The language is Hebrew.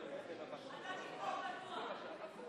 כל הכבוד לימין בקואליציה שהצביע,